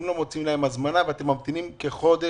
לא מוציאים להם הזמנה וממתינים כחודש,